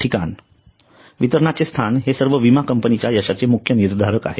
ठिकाण वितरणाचे स्थान हे सर्व विमा कंपनीच्या यशाचे मुख्य निर्धारक आहे